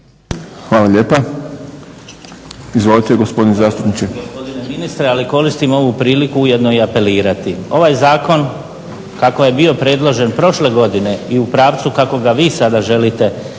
Hvala lijepa. Izvolite gospodine zastupniče.